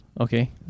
Okay